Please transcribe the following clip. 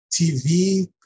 TV